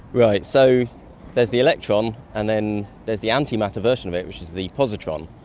right, so there's the electron and then there's the um antimatter version of it which is the positron.